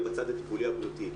אלא בצד הטיפולי הבריאותי.